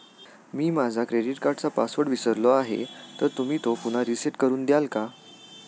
मी माझा क्रेडिट कार्डचा पासवर्ड विसरलो आहे तर तुम्ही तो पुन्हा रीसेट करून द्याल का?